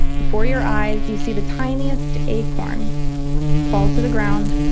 before your eyes, you see the tiniest acorn fall to the ground,